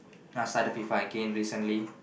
just started before I came recently